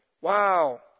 Wow